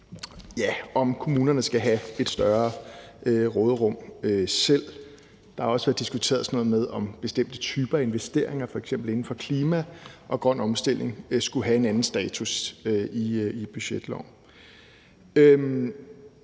også, om kommunerne skal have et større råderum selv. Der har også været diskuteret sådan noget med, om bestemte typer af investeringer, f.eks. inden for klima og grøn omstilling, skulle have en anden status i budgetloven.